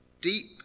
deep